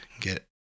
get